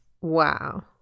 Wow